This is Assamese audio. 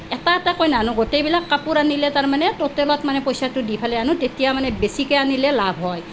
এটা এটাকৈ নানো গোটেইবিলাক কাপোৰ আনিলে তাৰমানে ট'টেলত মানে পইচাটো দি পেলাই আনো তেতিয়া মানে বেছিকৈ আনিলে লাভ হয়